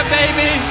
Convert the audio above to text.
baby